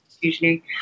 usually